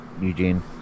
Eugene